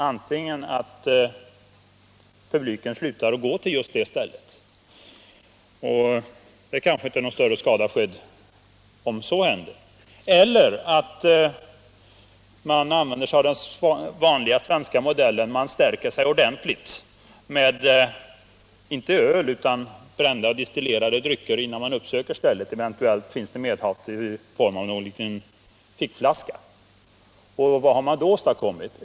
Antingen slutar publiken att gå till just det stället — och det kanske inte är någon större skada skedd om så händer — eller också använder man sig av den vanliga svenska modellen, man stärker sig ordentligt, inte med öl utan med brända och destillerade drycker, innan man uppsöker stället, och eventuellt tar man med sig i någon liten fickflaska. Vad har man då åstadkommit?